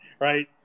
right